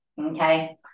Okay